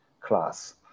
class